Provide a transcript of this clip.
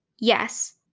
yes